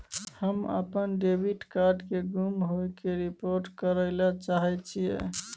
हम अपन debit card के गुम होय के रिपोर्ट करय ले चाहय छियै